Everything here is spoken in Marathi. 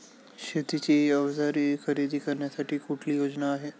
शेतीची अवजारे खरेदी करण्यासाठी कुठली योजना आहे?